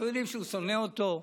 אנחנו יודעים שהוא שונא אותו.